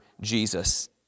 Jesus